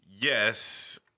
Yes